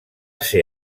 ser